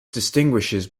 distinguishes